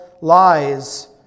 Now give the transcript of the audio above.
lies